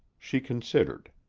she considered.